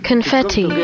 Confetti